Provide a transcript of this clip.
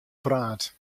praat